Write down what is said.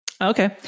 Okay